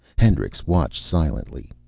hendricks watched silently.